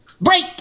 Break